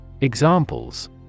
Examples